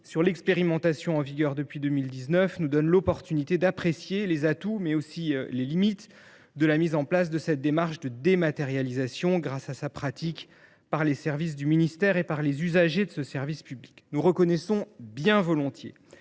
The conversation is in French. sur l’expérimentation en vigueur depuis 2019 nous donne l’occasion d’apprécier les atouts, mais aussi les limites de cette démarche de dématérialisation, grâce à sa pratique par les services du ministère et les usagers de ce service public. Nous reconnaissons bien volontiers